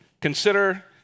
Consider